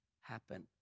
happen